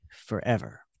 forever